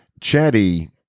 chatty